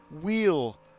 wheel